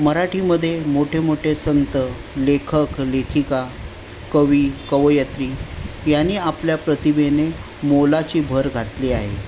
मराठीमधे मोठे मोठे संत लेखक लेखिका कवि कवयित्री यानी आपल्या प्रतिभेने मोलाची भर घातली आहे